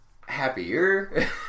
happier